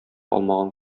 алмаган